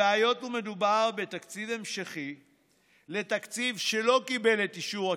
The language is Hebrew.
והיות ומדובר בתקציב המשכי לתקציב שלא קיבל את אישור הכנסת,